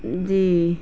جی